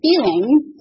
feelings